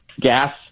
gas